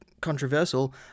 controversial